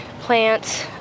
plants